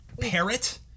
parrot